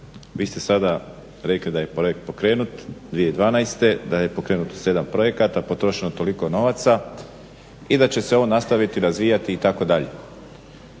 Vi ste sada rekli da je projekt pokrenut 2012., da je pokrenuto 7 projekata, potrošeno toliko novaca i da će se ovo nastaviti razvijati itd.